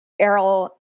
Errol